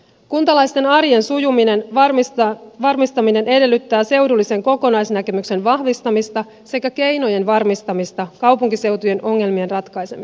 kuntalaisten arjen sujumisen varmistaminen edellyttää seudullisen kokonaisnäkemyksen vahvistamista sekä keinojen varmistamista kaupunkiseutujen ongelmien ratkaisemiseksi